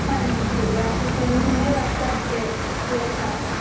ਹਾਂਜੀ ਠੀਕ ਆ ਅਸੀਂ ਤੁਹਾਨੂੰ ਹੁਣੇ ਵਟਸਐਪ 'ਤੇ ਸ਼ੇਅਰ ਕਰਦੇ ਹਾਂ